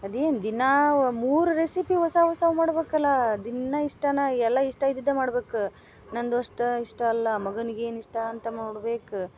ಅದೇನು ದಿನ ಮೂರು ರೆಸಿಪಿ ಹೊಸ ಹೊಸಾವು ಮಾಡ್ಬೇಕಲ್ಲಾ ದಿನ್ನ ಇಷ್ಟನಾ ಎಲ್ಲಾ ಇಷ್ಟ ಇದ್ದಿದ್ದೇ ಮಾಡ್ಬೇಕು ನಂದು ಅಷ್ಟ ಇಷ್ಟ ಅಲ್ಲ ಮಗನಿಗೇನಿಷ್ಟ ಅಂತ ನೋಡ್ಬೇಕು